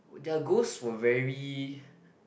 their ghosts were very